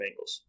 Bengals